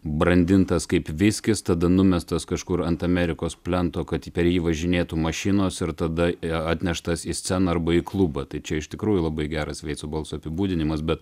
brandintas kaip viskis tada numestas kažkur ant amerikos plento kad per jį važinėtų mašinos ir tada atneštas į sceną arba į klubą tai čia iš tikrųjų labai geras veico balso apibūdinimas bet